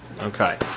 okay